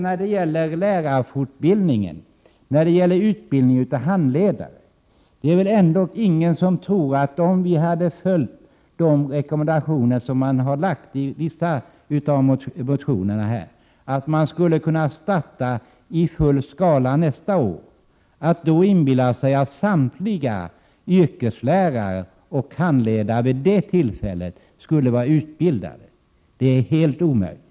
När det gäller lärarfortbildning och utbildning av handledare är det väl ändå ingen som tror att om vi hade följt de rekommendationer som finns i vissa av motionerna om att starta i full skala nästa år så skulle samtliga yrkeslärare och handledare vid det tillfället vara utbildade. Det är helt omöjligt.